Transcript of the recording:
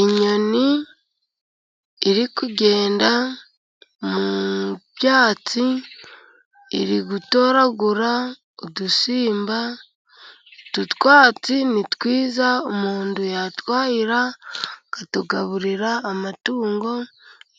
Inyoni iri kugenda mu byatsi, iri gutoragura udusimba, utu twatsi ni twiza, umuntu yatwarira akatugaburira amatungo,